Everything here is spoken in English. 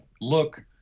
look